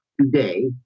today